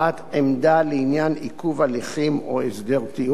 עמדה לעניין עיכוב הליכים או הסדר טיעון,